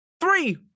three